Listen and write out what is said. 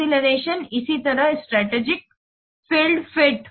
acceleration इसी तरह strategic field fit